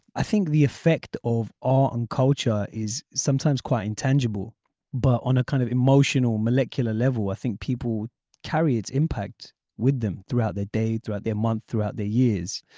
i think the effect of our own culture is sometimes quite intangible but on a kind of emotional molecular level i think people carry its impact with them throughout the day throughout their month throughout the years.